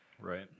Right